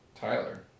Tyler